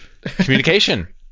Communication